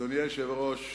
אדוני היושב-ראש,